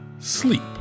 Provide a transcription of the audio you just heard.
sleep